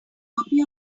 copy